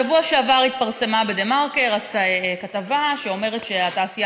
בשבוע שעבר התפרסמה בדה-מרקר כתבה שאומרת שהתעשייה